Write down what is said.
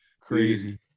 Crazy